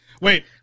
Wait